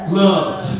love